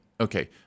okay